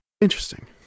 Interesting